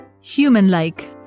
Human-like